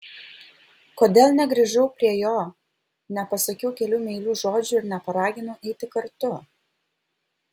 kodėl negrįžau prie jo nepasakiau kelių meilių žodžių ir neparaginau eiti kartu